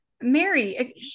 Mary